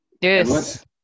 Yes